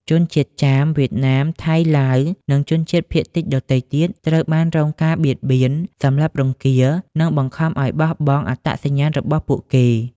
ជនជាតិចាម វៀតណាម ថៃ ឡាវ និងជនជាតិភាគតិចដទៃទៀត ត្រូវបានរងការបៀតបៀន សម្លាប់រង្គាល និងបង្ខំឱ្យបោះបង់អត្តសញ្ញាណរបស់ពួកគេ។